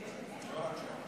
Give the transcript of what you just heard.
לא רק שם.